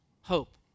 hope